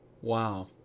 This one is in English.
Wow